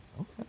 Okay